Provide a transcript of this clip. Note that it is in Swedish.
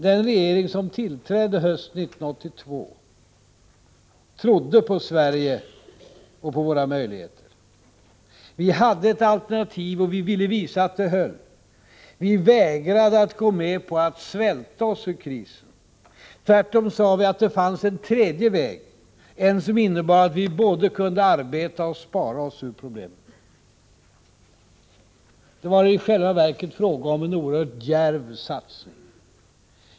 Den regering som tillträdde hösten 1982 trodde på Sverige och på våra möjligheter. Vi hade ett alternativ — och vi ville visa att det höll. Vi vägrade att gå med på att svälta oss ur krisen. Tvärtom sade vi att det fanns en tredje väg; en som innebar att vi både kunde arbeta och spara oss ur problemen. Det var i själva verket fråga om en oerhört djärv satsning.